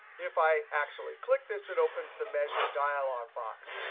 if i actually click this, it opens the measure dialog box.